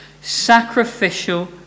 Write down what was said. sacrificial